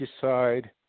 decide